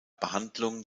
behandlung